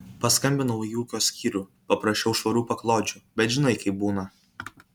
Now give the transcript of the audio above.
paskambinau į ūkio skyrių paprašiau švarių paklodžių bet žinai kaip būna